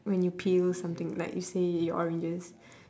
when you peel something like you say oranges